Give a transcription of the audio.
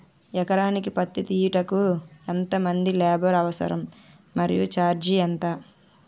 ఎకరానికి పత్తి తీయుటకు ఎంత మంది లేబర్ అవసరం? మరియు ఛార్జ్ ఎంత?